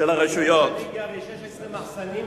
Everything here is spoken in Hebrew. במקום שאני גר יש 16 מחסנים,